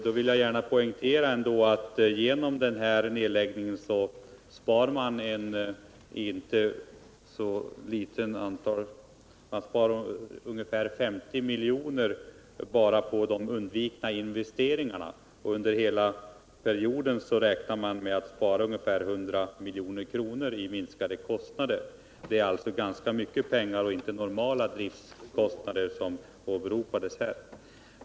Jag vill poängtera att man vid en nedläggning spar ungefär 50 miljoner bara genom de investeringar som man slipper göra. Under hela den aktuella perioden räknar man med att spara ca 100 milj.kr. i minskade kostnader. Det gäller alltså ganska mycket pengar — inte bara normala driftkostnader, som här gjordes gällande.